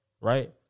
right